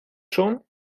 schon